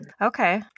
Okay